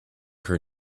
her